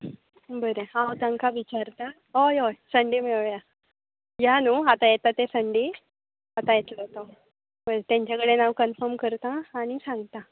बरें हांव तांकां विचारता हय हय सण्डे मेळोया ह्या न्हू आतां येता तो सण्डे आतां येतलो तो वेल तेंच्या कडेन हांव कनफर्म करतां आनी सांगता